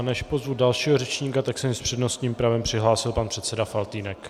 Než pozvu dalšího řečníka, tak se s přednostním právem přihlásil pan předseda Faltýnek.